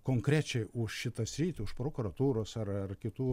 konkrečiai už šitą sritį už prokuratūros ar ar kitų